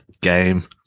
game